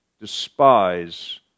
despise